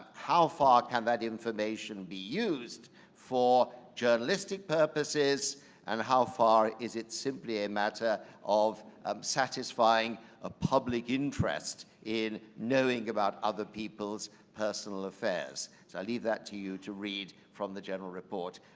how far can that information be used for journalistic purposes and how far is it simply a matter of satisfying a public interest in knowing about other people's personal affairs. so i leave that to you to read from the general report.